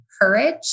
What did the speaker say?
courage